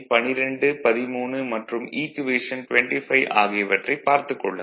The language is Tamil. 12 13 மற்றும் ஈக்குவேஷன் 25 ஆகியவற்றைப் பார்த்துக் கொள்ளுங்கள்